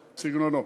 סגנונו.